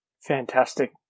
Fantastic